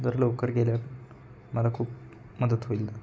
जर लवकर गेल्यावर मला खूप मदत होईल